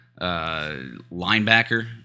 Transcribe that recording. linebacker